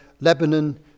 Lebanon